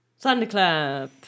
Thunderclap